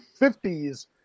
50s